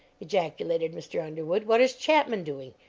ejaculated mr. underwood what is chapman doing?